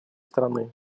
страны